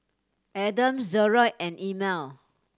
Adams Jerold and Emile